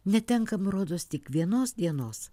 netenkam rodos tik vienos dienos